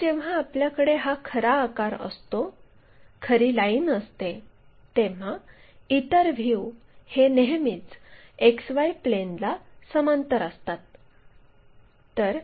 जेव्हा जेव्हा आपल्याकडे हा खरा आकार असतो खरी लाईन असते तेव्हा इतर व्ह्यू हे नेहमीच XY प्लेनला समांतर असतात